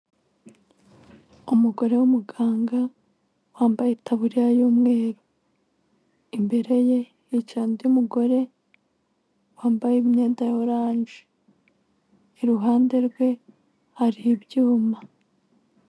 Umugore w'umuganga wambaye tabuririya y'umweru, imbere ye hicaye undi mugore wambaye imyenda ya oranje, iruhande rwe hari ibyuma.